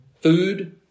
food